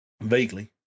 vaguely